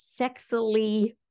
sexily